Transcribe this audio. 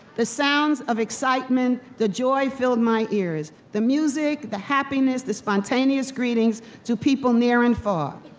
the sounds of excitement, the joy filled my ears. the music, the happiness, the spontaneous greetings to people near and far.